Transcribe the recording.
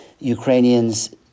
Ukrainians